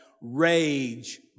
Rage